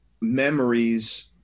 memories